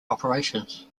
operations